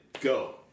go